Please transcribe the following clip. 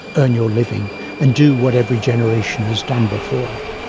earn your living and do what every generation has done before.